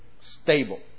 stable